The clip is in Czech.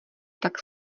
tak